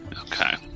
Okay